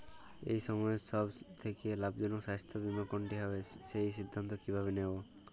এই সময়ের সব থেকে লাভজনক স্বাস্থ্য বীমা কোনটি হবে সেই সিদ্ধান্ত কীভাবে নেব?